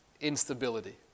instability